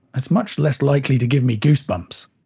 it's much less likely to give me goosebumps